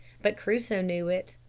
but crusoe knew it.